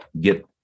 get